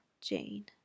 Jane